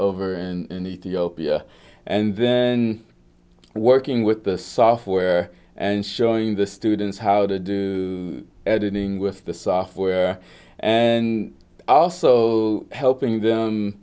ethiopia and then working with the software and showing the students how to do editing with the software and also helping them